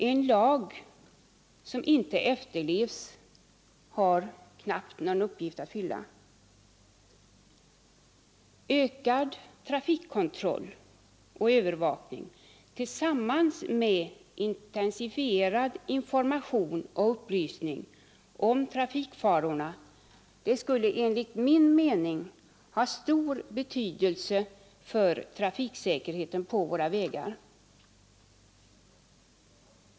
En lag som inte efterlevs har knappt någon uppgift att fylla. Ökad trafikkontroll och övervakning tillsammans med intensifierad information och upplysning om trafik farorna skulle enligt min mening ha stor betydelse för trafiksäkerheten på våra vägar.